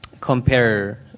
compare